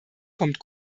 kommt